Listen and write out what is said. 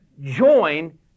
join